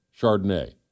Chardonnay